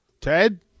Ted